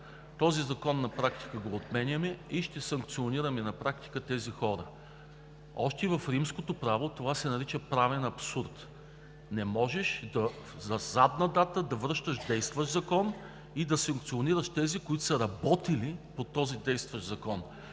този закон го отменяме и ще санкционираме тези хора. Още в римското право това се нарича „правен абсурд“. Не можеш със задна дата да връщаш действащ закон и да санкционираш тези, които са работили по този текст на закона.